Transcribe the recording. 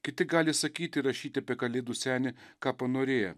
kiti gali sakyti rašyti apie kalėdų senį ką panorėję